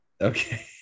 okay